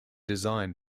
designed